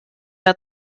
that